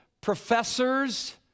professors